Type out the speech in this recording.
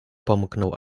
pomknął